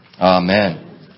Amen